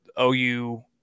OU